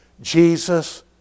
Jesus